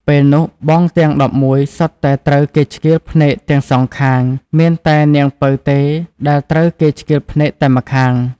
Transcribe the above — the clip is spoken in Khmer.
ពេលនោះបងទាំង១១សុទ្ធតែត្រូវគេឆ្កៀលភ្នែកទាំងសងខាង មានតែនាងពៅទេដែលត្រូវគេឆ្កៀលភ្នែកតែម្ខាង។